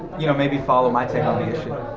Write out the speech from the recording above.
you know maybe follow my take on the issue.